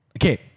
okay